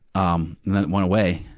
um and then it went away.